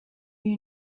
you